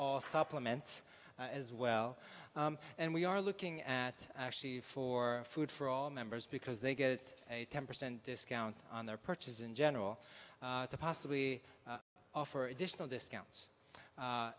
all supplements as well and we are looking at actually for food for all members because they get a ten percent discount on their purchase in general to possibly offer additional discounts